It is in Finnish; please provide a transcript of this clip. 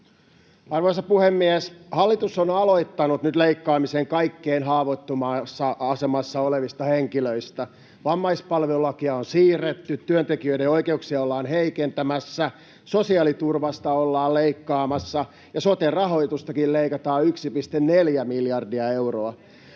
Arvoisa puhemies! Hallitus on aloittanut nyt leikkaamisen kaikkein haavoittuvimmassa asemassa olevista henkilöistä. Vammaispalvelulakia on siirretty, työntekijöiden oikeuksia ollaan heikentämässä, sosiaaliturvasta ollaan leikkaamassa ja sote-rahoitustakin leikataan 1,4 miljardia euroa.